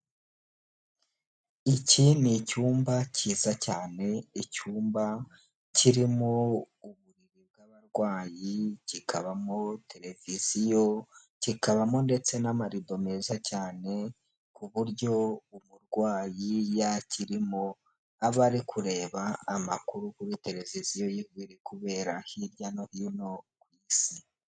Iki ni icyumba cyiza cyane, icyumba kirimo umurwayi kikabamo televiziyo kikabamo ndetse n'amarido meza cyane, ku buryo umurwayi yakirimo aba ari kureba amakuru kuri televiziyo y'ibiri kubera hirya no hino ku isi.